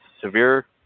severe